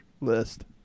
list